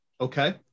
Okay